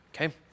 Okay